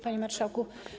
Panie Marszałku!